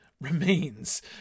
remains